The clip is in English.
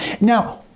Now